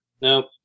Nope